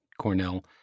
Cornell